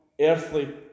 earthly